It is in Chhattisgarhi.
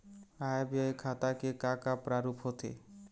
आय व्यय खाता के का का प्रारूप होथे?